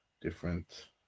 different